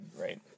right